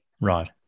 right